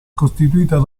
costituita